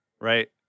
right